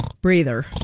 breather